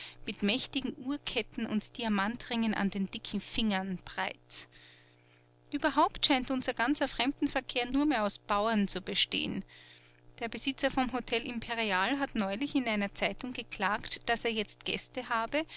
mit mächtigen uhrketten und diamantringen an den dicken fingern breit ueberhaupt scheint unser ganzer fremdenverkehr nur mehr aus bauern zu bestehen der besitzer vom hotel imperial hat neulich in einer zeitung geklagt daß er jetzt gäste habe